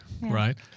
right